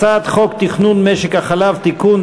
הצעת חוק תכנון משק החלב (תיקון),